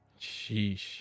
Sheesh